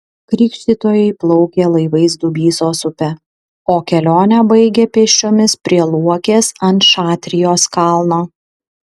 krikštytojai plaukė laivais dubysos upe o kelionę baigė pėsčiomis prie luokės ant šatrijos kalno